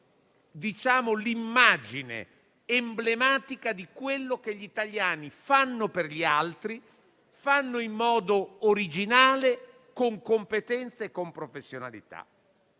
sono l'immagine emblematica di quello che gli italiani fanno per gli altri, in modo originale, con competenza e con professionalità.